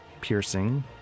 piercing